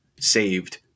saved